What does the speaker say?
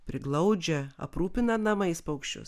priglaudžia aprūpina namais paukščius